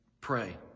Pray